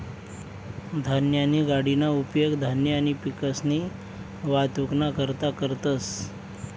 धान्यनी गाडीना उपेग धान्य आणि पिकसनी वाहतुकना करता करतंस